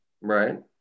Right